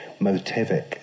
motivic